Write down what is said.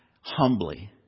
humbly